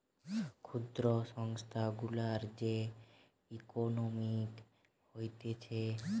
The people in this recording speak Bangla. ক্ষুদ্র সংস্থা গুলার যে ইকোনোমিক্স হতিছে